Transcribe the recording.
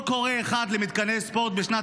קול קורא אחד למתקני ספורט בשנת,